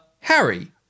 Harry